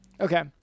Okay